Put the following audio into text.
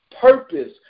purpose